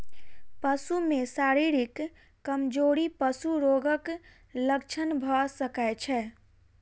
पशु में शारीरिक कमजोरी पशु रोगक लक्षण भ सकै छै